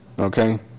okay